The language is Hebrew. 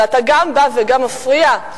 אבל אתה גם בא וגם מפריע?